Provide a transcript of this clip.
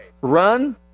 Run